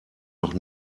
noch